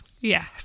Yes